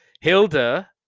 Hilda